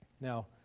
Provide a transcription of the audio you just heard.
Now